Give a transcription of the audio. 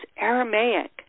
Aramaic